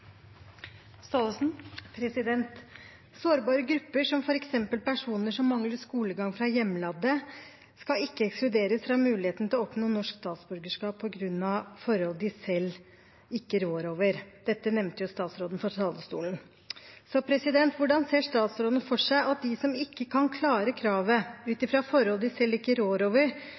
Sårbare grupper, som f.eks. personer som mangler skolegang fra hjemlandet, skal ikke ekskluderes fra muligheten til å oppnå norsk statsborgerskap på grunn av forhold de selv ikke rår over. Dette nevnte statsråden fra talerstolen. Hvordan ser statsråden for seg at de som ikke kan klare kravet ut fra forhold de selv ikke rår over,